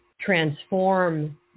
transform